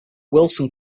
wilson